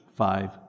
Five